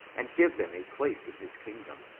and give them a place in his kingdom.